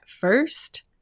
first